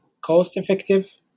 cost-effective